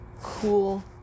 cool